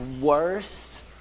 worst